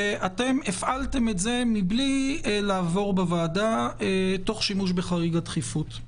אתם הפעלתם את זה מבלי לעבור בוועדה תוך שימוש בחריג הדחיפות.